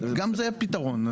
גם זה פתרון.